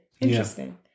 Interesting